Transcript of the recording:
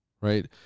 right